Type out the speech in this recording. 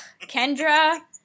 Kendra